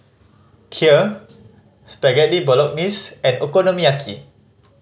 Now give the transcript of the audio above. Kheer Spaghetti Bolognese and Okonomiyaki